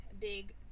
big